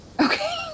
Okay